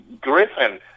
Griffin